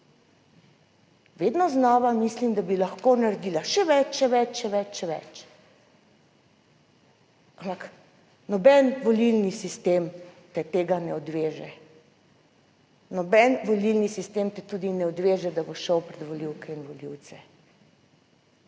Vedno znova mislim, da bi lahko naredila še več, še več, še več, več. Ampak, noben volilni sistem te tega ne odveže, noben volilni sistem te tudi ne odveže, da bo šel pred volivke in volivce.